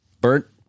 Bert